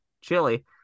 chili